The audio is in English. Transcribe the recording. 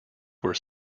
were